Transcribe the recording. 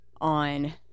on